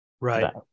right